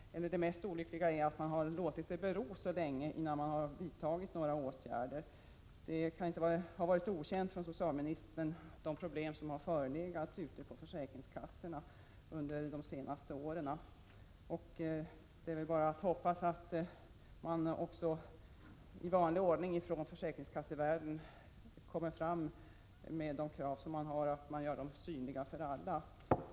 Det mest olyckliga är att man har låtit det hela bero så länge innan man vidtagit några åtgärder. De problem som har förelegat ute på försäkringskassorna under de senaste åren kan inte ha varit okända för socialministern. Det är väl bara att hoppas att man från försäkringskassorna i vanlig ordning kommer fram med de krav som man har och gör dem synliga för alla.